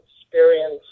experience